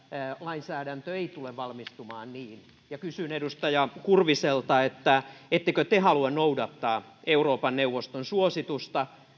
lainsäädäntö ei tule valmistumaan niin kysyn edustaja kurviselta ettekö te halua noudattaa euroopan neuvoston suositusta